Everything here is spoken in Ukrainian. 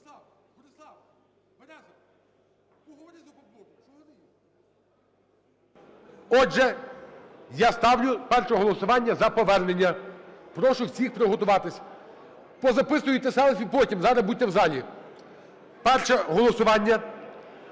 Отже, я ставлю перше голосування за повернення. Прошу всіх приготуватись. Позаписуєте селфі потім, зараз будьте в залі. Перше голосування